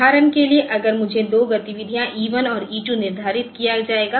उदाहरण के लिए अगर मुझे 2 गतिविधियाँ E 1 और E 2 निर्धारित किया जाएगा